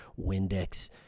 Windex